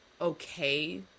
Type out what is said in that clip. okay